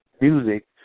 music